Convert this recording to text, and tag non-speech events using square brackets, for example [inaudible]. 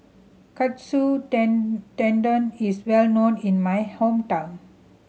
Katsu [unintelligible] Tendon is well known in my hometown